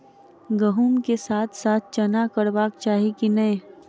गहुम केँ साथ साथ चना करबाक चाहि की नै?